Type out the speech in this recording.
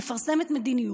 אני מפרסמת מדיניות,